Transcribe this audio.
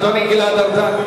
אדוני גלעד ארדן,